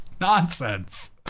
Nonsense